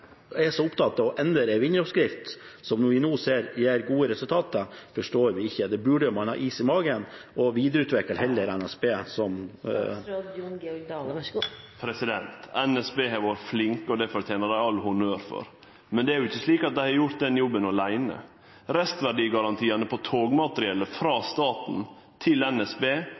opptatt av å endre en vinneroppskrift som vi nå ser gir gode resultater, forstår vi ikke. Man burde ha is i magen og heller videreutvikle NSB. NSB har vore flinke, og det fortener dei all honnør for. Men det er jo ikkje slik at dei har gjort den jobben åleine. Restverdigarantiane på togmateriellet frå staten til NSB